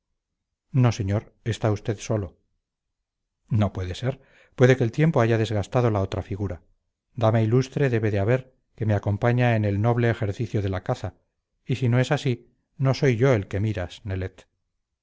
no señor está usted solo no puede ser puede que el tiempo haya desgastado la otra figura dama ilustre debe de haber que me acompaña en el noble ejercicio de la caza y si no es así no soy yo el que miras nelet